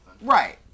right